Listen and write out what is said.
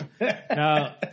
Now